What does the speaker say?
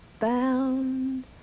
bound